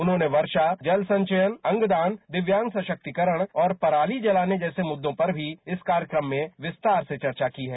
उन्होंने वर्षा जल संघयन अंगदान दिव्यांग सशक्तीकरण और पराली जलाने जैसे मुद्दों पर भी इस कार्यक्रम में विस्तार से चर्चा की है